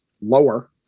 lower